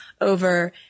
over